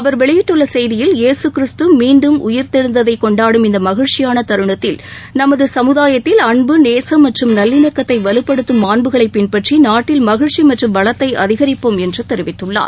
அவர் வெளியிட்டுள்ள செய்தியில் இயேசு கிறிஸ்து மீண்டும் உயிர்த்தெழுந்ததைக் கொண்டாடும் இந்த மகிழ்ச்சியாள தருணத்தில் நமது சமுதாயத்தில் அன்பு நேசம் மற்றும் நல்லிணக்கத்தை வலுப்படுத்தும் மாண்புகளை பின்பற்றி நாட்டில் மகிழ்ச்சி மற்றும் வளத்தை அதிகரிப்போம் என்று தெரிவித்துள்ளார்